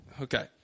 okay